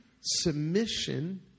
submission